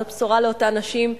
זאת בשורה לאותן נשים: